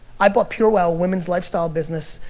i bought purewow, a women's lifestyle business,